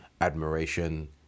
admiration